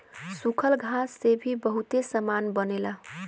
सूखल घास से भी बहुते सामान बनेला